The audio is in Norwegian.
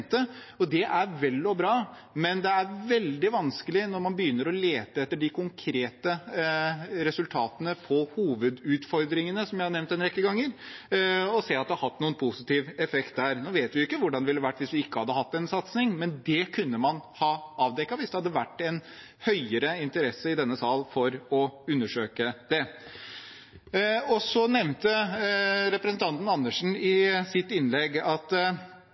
og det er vel og bra, men det er veldig vanskelig når man begynner å lete etter de konkrete resultatene på hovedutfordringene som jeg har nevnt en rekke ganger, å se at det har hatt noen positiv effekt der. Nå vet vi jo ikke hvordan det ville vært hvis vi ikke hadde hatt en satsing, men det kunne man ha avdekket hvis det hadde vært en større interesse i denne sal for å undersøke det. Så nevnte representanten Andersen i sitt innlegg at det var feil bare å stigmatisere en gruppe og si at